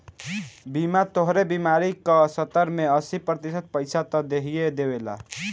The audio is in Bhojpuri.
बीमा तोहरे बीमारी क सत्तर से अस्सी प्रतिशत पइसा त देहिए देवेला